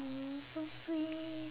!aww! so sweet